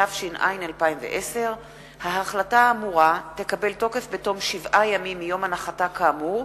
התש"ע 2010. ההחלטה האמורה תקבל תוקף בתום שבעה ימים מיום הנחתה כאמור,